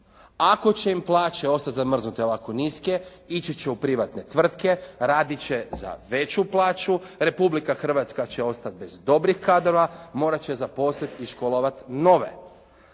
Ako će im plaće ostati zamrznute ovako niske ići će u privatne tvrtke, raditi će za veću plaću. Republika Hrvatska će ostati bez dobrih kadrova, morati će zaposliti i školovati nove.